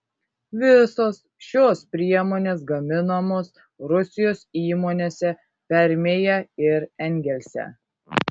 visos šios priemonės gaminamos rusijos įmonėse permėje ir engelse